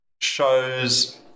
shows